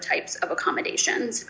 types of accommodations